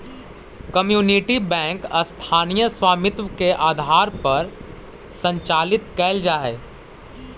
community bank स्थानीय स्वामित्व के आधार पर संचालित कैल जा हइ